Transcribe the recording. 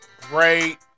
great